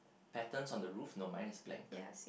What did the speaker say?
patterns on the roof no mine is blank